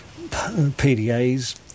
PDAs